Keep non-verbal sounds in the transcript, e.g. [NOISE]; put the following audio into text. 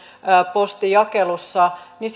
postinjakelussa niin [UNINTELLIGIBLE]